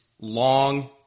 long